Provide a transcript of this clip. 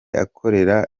akorera